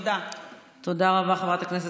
כדי לכפר על הצבעת